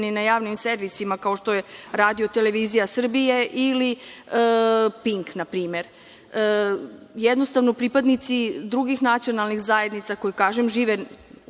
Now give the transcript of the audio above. na javnim servisima kao što je RTS ili Pink, na primer. Jednostavno, pripadnici drugih nacionalnih zajednica koji, kažem, žive